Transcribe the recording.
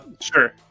sure